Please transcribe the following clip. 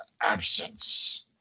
Absence